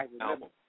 album